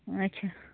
اَچھا